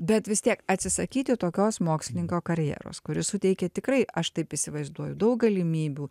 bet vis tiek atsisakyti tokios mokslininko karjeros kuri suteikė tikrai aš taip įsivaizduoju daug galimybių